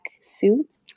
suits